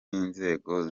inzego